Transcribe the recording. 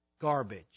garbage